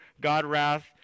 God-wrath